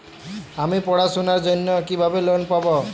আমি পড়াশোনার জন্য কিভাবে লোন পাব?